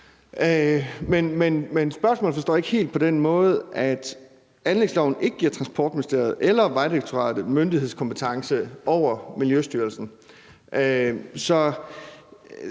Men spørgsmålet forstår jeg ikke helt på den måde, at anlægsloven ikke giver Transportministeriet eller Vejdirektoratet myndighedskompetence over Miljøstyrelsen.